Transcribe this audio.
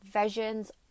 visions